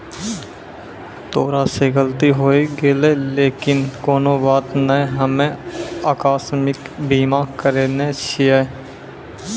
तोरा से गलती होय गेलै लेकिन कोनो बात नै हम्मे अकास्मिक बीमा करैने छिये